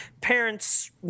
parents